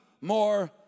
more